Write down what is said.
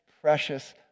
precious